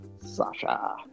Sasha